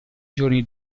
giorni